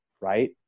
right